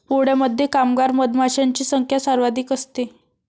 पोळ्यामध्ये कामगार मधमाशांची संख्या सर्वाधिक असते